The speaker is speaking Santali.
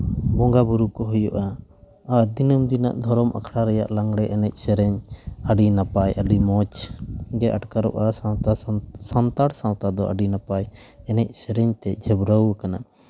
ᱵᱚᱸᱜᱟᱼᱵᱳᱨᱳ ᱠᱚ ᱦᱩᱭᱩᱜᱼᱟ ᱟᱨ ᱫᱤᱱᱟᱹᱢ ᱫᱤᱱᱟᱜ ᱫᱷᱚᱨᱚᱢ ᱟᱠᱷᱲᱟ ᱨᱮᱭᱟᱜ ᱞᱟᱜᱽᱲᱮ ᱮᱱᱮᱡ ᱥᱮᱨᱮᱧ ᱟᱹᱰᱤ ᱱᱟᱯᱟᱭ ᱟᱹᱰᱤ ᱢᱚᱡᱽ ᱜᱮ ᱟᱴᱠᱟᱨᱚᱜᱼᱟ ᱥᱟᱱᱛᱟᱲ ᱥᱟᱶᱛᱟ ᱫᱚ ᱟᱹᱰᱤ ᱱᱟᱯᱟᱭ ᱮᱱᱮᱡ ᱥᱮᱨᱮᱧ ᱛᱮ ᱡᱷᱟᱹᱵᱽᱨᱟᱹᱣ ᱠᱟᱱᱟ